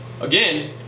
again